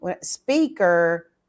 speaker